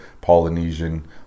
Polynesian